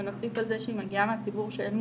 ונוסיף על זה שהיא מגיעה מציבור שאין לו